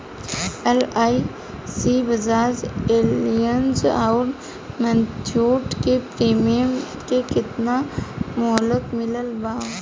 LIC Bajaj Allianz आउर मुथूट के premium के केतना मुहलत मिलल बा?